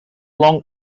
long